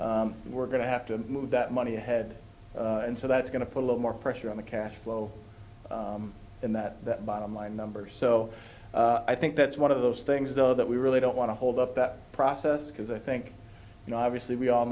going we're going to have to move that money ahead and so that's going to put a little more pressure on the cash flow in that bottom line number so i think that's one of those things though that we really don't want to hold up that process because i think you know obviously we all